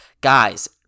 Guys